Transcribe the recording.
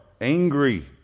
angry